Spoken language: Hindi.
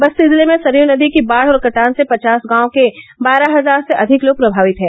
बस्ती जिले में सरयू नदी की बाढ़ और कटान से पचास गांव के बारह हजार से अधिक लोग प्रभावित हैं